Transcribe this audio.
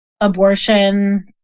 abortion